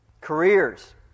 Careers